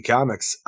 Comics